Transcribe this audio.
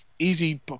Easy